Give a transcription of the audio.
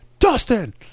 Dustin